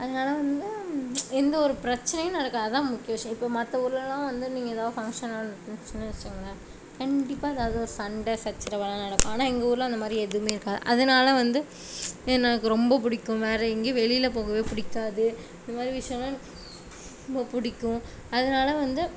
அதனால் வந்து எந்த ஒரு பிரச்சினையும் நடக்காது அதுதான் முக்கிய விஷயம் இப்போ மற்ற ஊர்லெலாம் வந்து நீங்கள் ஏதாது ஃபங்க்ஷன் நடந்துச்சுன்னு வைச்சிக்கோங்களேன் கண்டிப்பாக ஏதாவுது ஒரு சண்டை சச்சரவெல்லாம் நடக்கும் ஆனால் எங்கள் ஊரில்அந்த மாதிரி எதுவுமே இருக்காது அதனால் வந்து எனக்கு ரொம்ப பிடிக்கும் வேறு எங்கேயும் வெளியில் போகவே பிடிக்காது இது மாதிரி விஷயோலாம் எனக்கு ரொம்ப பிடிக்கும் அதனால வந்து